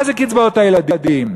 מה זה קצבאות הילדים?